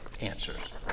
answers